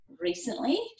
recently